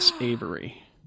Avery